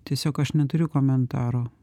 tiesiog aš neturiu komentaro